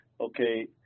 okay